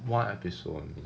one episode only